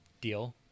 deal